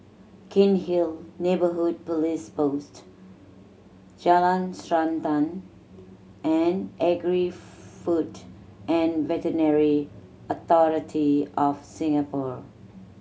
Cairnhill Neighbourhood Police Post Jalan Srantan and Agri Food and Veterinary Authority of Singapore